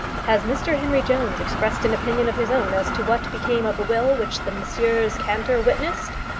has mr henry jones expressed an opinion of his own as to what became of the will which the messrs cantor witnessed?